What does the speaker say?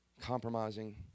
compromising